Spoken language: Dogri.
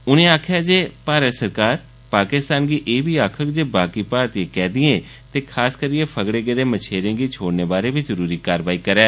उनें आक्खेया जे भारत सरकार पाकिस्तान गी आक्खुग जे बाकी भारतीय कैदियें ते कन्नै गै फगड़े गेदे मच्छेरें गी छोड़ने बारै बी जरुरी कारवाई करै